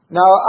now